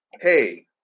Hey